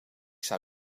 zou